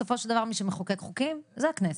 אבל בסופו של דבר מי שמחוקק חוקים זה הכנסת.